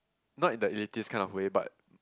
not in the elitist kind of way but